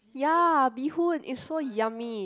ya bee hoon is so yummy